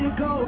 go